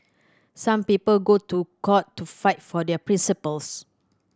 some people go to court to fight for their principles